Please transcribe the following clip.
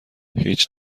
هیچ